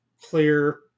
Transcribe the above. Clear